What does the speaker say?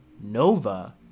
Nova